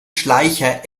schleicher